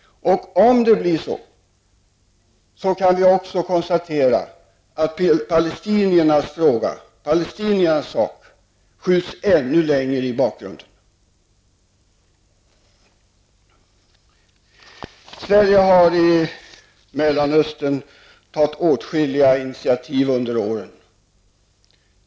Om det blir så, kan också konstateras att palestiniernas sak skjuts ännu längre i bakgrunden. Sverige har under åren tagit åtskilliga initiativ i Mellanöstern.